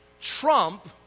trump